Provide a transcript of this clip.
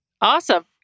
Awesome